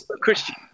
Christian